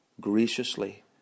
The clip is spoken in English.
graciously